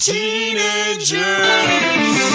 Teenagers